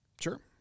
Sure